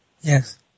Yes